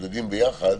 מחדדים יחד: